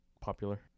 popular